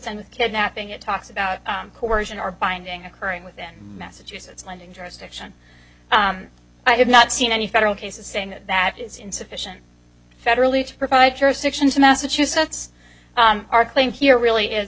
and kidnapping it talks about coercion are binding occurring within massachusetts lending jurisdiction i have not seen any federal cases saying that that is insufficient federally to provide jurisdiction to massachusetts our claim here really is